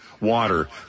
water